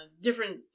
different